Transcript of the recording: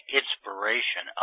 inspiration